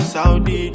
Saudi